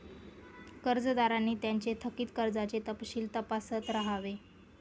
कर्जदारांनी त्यांचे थकित कर्जाचे तपशील तपासत राहावे